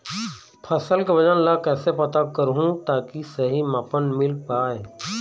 फसल के वजन ला कैसे पता करहूं ताकि सही मापन मील पाए?